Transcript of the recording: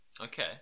Okay